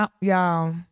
y'all